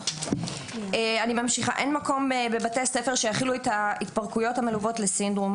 אין מקום שיכילו בבתי הספר את ההתפרקויות המלוות לסינדרום,